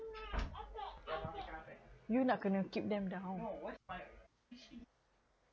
you not gonna keep them down